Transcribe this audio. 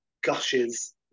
gushes